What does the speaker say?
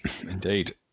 Indeed